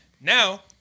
now